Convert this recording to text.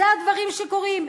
אלה הדברים שקורים.